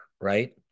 right